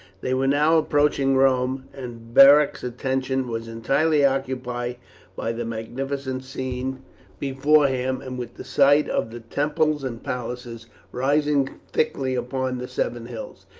they were now approaching rome, and beric's attention was entirely occupied by the magnificent scene before him, and with the sight of the temples and palaces rising thickly upon the seven hills.